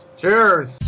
Cheers